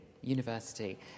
University